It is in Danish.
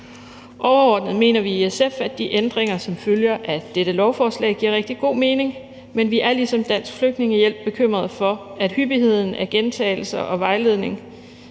Overordnet mener vi i SF, at de ændringer, som følger af dette lovforslag, giver rigtig god mening, men vi er ligesom Dansk Flygtningehjælp bekymrede for, at hyppigheden og gentagelserne i